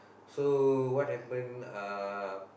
so what happen uh